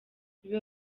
biba